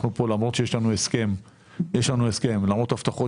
אנחנו כאן למרות שיש לנו הסכם ולמרות ההבטחות